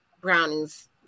brownies